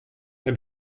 beim